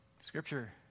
Scripture